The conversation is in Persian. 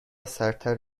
سردتر